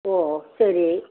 ஓ சரி